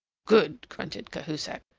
good! grunted cahusac.